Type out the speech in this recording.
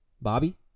Bobby